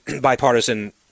bipartisan